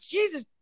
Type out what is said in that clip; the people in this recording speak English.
Jesus